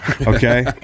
Okay